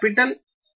theta है